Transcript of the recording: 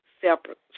separate